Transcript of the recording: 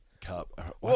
Cup